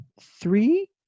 three